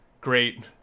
great